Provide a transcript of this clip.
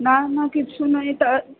না না কিচ্ছু নেই তাও